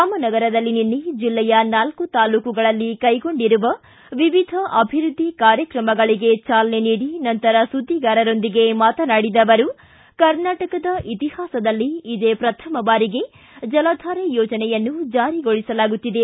ರಾಮನಗರದಲ್ಲಿ ನಿನ್ನೆ ಜಲ್ಲೆಯ ನಾಲ್ಕು ತಾಲ್ಲೂಕುಗಳಲ್ಲಿ ಕೈಗೊಂಡಿರುವ ವಿವಿಧ ಅಭಿವೃದ್ಧಿ ಕಾರ್ಯಕ್ರಮಗಳಿಗೆ ಚಾಲನೆ ನೀಡಿ ನಂತರ ಸುದ್ದಿಗಾರರೊಂದಿಗೆ ಮಾತನಾಡಿದ ಅವರು ಕರ್ನಾಟಕದ ಇತಿಹಾಸದಲ್ಲೇ ಇದೇ ಪ್ರಥಮ ಬಾರಿಗೆ ಜಲಧಾರೆ ಯೋಜನೆಯನ್ನು ಜಾರಿಗೊಳಿಸಲಾಗುತ್ತಿದೆ